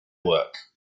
work